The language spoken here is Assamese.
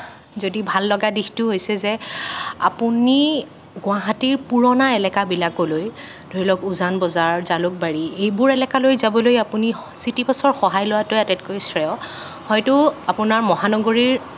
যদি ভাল লগা দিশটো হৈছে যে আপুনি গুৱাহাটীৰ পুৰণা এলেকাবিলাকলৈ ধৰি লওক উজানবজাৰ জালুকবাৰী এইবোৰ এলেকালৈ যাবলৈ আপুনি চিটিবাছৰ সহায় লোৱাটোৱে আটাইতকৈ শ্ৰেয় হয়তো আপোনাৰ মহানগৰীৰ